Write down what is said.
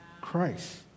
Christ